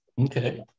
Okay